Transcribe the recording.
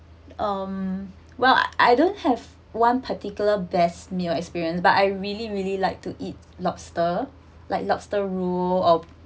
um well I don't have one particular best meal experience but I really really liked to eat lobster like lobster roll or